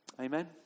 Amen